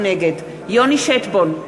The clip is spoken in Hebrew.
נגד יוני שטבון,